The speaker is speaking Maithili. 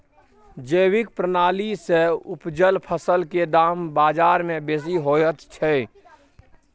जैविक प्रणाली से उपजल फसल के दाम बाजार में बेसी होयत छै?